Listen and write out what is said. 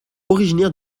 originaire